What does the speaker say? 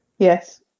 Yes